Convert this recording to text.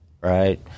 right